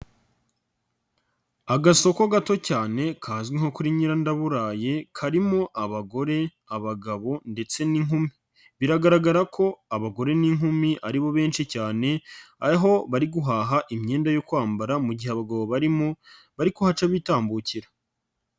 Agasoko gato cyane kazwi nko kuri nyirandaburaye karimo abagore, abagabo ndetse n'inkumi. Biragaragara ko abagore n'inkumi ari bo benshi cyane, aho bari guhaha imyenda yo kwambara mu gihe abagabo barimo bari kuhaca bitambukira.